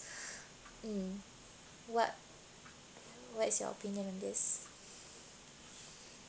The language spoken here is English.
mm what what's your opinion on this